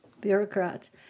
bureaucrats